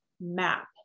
map